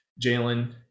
Jalen